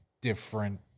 different